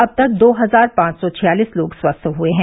अब तक दो हजार पांच सौ छियालीस लोग स्वस्थ हुए हैं